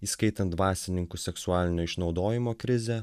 įskaitant dvasininkų seksualinio išnaudojimo krizę